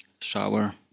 Shower